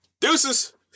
Deuces